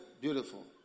Beautiful